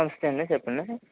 నమస్తే అండి చెప్పండి